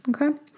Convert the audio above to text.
Okay